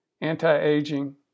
anti-aging